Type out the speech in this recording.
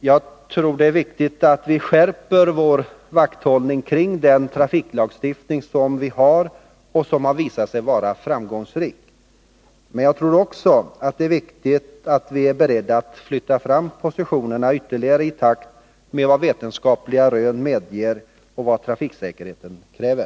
Jag tror det är viktigt att vi skärper vår vakthållning kring den trafiklagstiftning som vi har och som visat sig vara framgångsrik. Men jag tror också att det är viktigt att vi är beredda att flytta fram positionerna ytterligare i takt med vad vetenskapliga rön medger och i takt med vad trafiksäkerheten kräver.